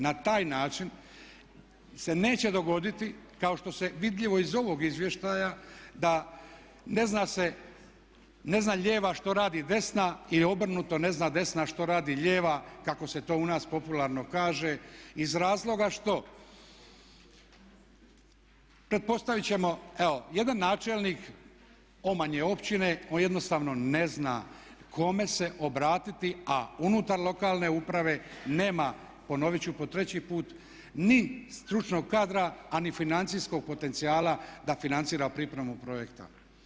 Na taj način se neće dogoditi kao što je vidljivo iz ovog izvještaja da ne zna se, ne zna lijeva što radi desna i obrnuto, ne zna desna što radi desna kako se to u nas popularno kaže iz razloga što pretpostavit ćemo evo jedan načelnik omanje općine on jednostavno ne zna kome se obratiti, a unutar lokalne uprave nema ponovit ću po treći put ni stručnog kadra, a ni financijskog potencijala da financira pripremu projekta.